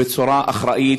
בצורה אחראית